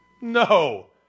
no